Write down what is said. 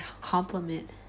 compliment